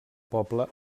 poble